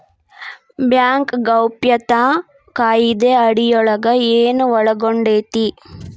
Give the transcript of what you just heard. Bank ಗೌಪ್ಯತಾ ಕಾಯಿದೆ ಅಡಿಯೊಳಗ ಏನು ಒಳಗೊಂಡೇತಿ?